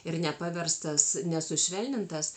ir nepaverstas nesušvelnintas